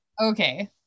Okay